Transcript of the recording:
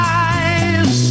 eyes